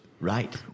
Right